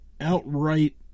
outright